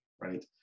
right